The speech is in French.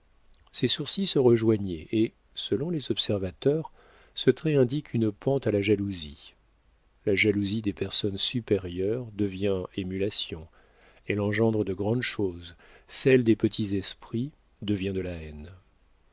ses sourcils se rejoignaient et selon les observateurs ce trait indique une pente à la jalousie la jalousie des personnes supérieures devient émulation elle engendre de grandes choses celle des petits esprits devient de la haine